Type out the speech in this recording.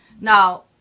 Now